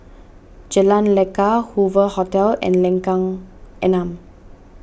Jalan Lekar Hoover Hotel and Lengkong Enam